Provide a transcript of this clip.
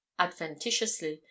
adventitiously